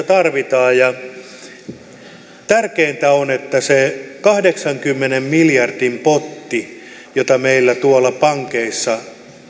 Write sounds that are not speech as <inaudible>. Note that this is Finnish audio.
<unintelligible> tarvitaan tärkeintä on että kun se kahdeksankymmenen miljardin potti meillä tuolla pankeissa